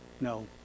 no